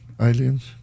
aliens